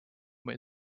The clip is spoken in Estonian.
meil